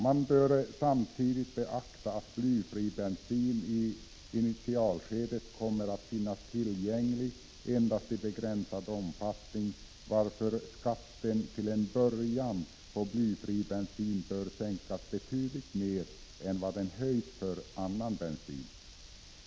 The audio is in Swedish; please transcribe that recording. Man bör samtidigt beakta att blyfri bensin i initialskedet kommer att finnas tillgänglig endast i begränsad omfattning, varför skatten på denna bensin till en början bör sänkas med betydligt mer än vad den höjs för annan bensin.